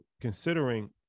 considering